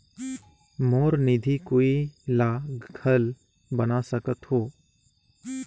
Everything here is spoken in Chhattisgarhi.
मोर निधि कोई ला घल बना सकत हो?